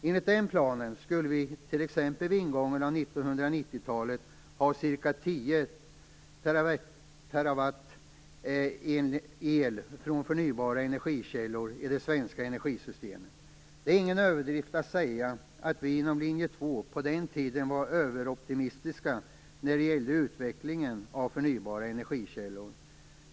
Enligt denna plan skulle vi t.ex. vid ingången av 1990-talet ha ca 10 TWh el från förnybara energikällor i det svenska energisystemet. Det är ingen överdrift att säga att vi inom linje 2 på den tiden var överoptimistiska när det gällde utvecklingen av förnybara energikällor.